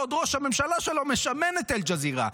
בעוד ראש הממשלה שלו משמן את אל-ג'זירה.